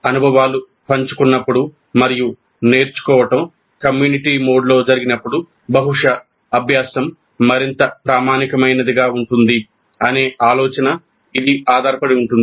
అనుభవాలు పంచుకున్నప్పుడు మరియు నేర్చుకోవడం కమ్యూనిటీ మోడ్లో జరిగినప్పుడు బహుశా అభ్యాసం మరింత ప్రామాణికమైనదిగా ఉంటుంది అనే ఆలోచనపై ఇది ఆధారపడి ఉంటుంది